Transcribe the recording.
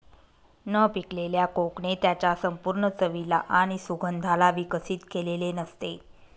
न पिकलेल्या कोकणे त्याच्या संपूर्ण चवीला आणि सुगंधाला विकसित केलेले नसते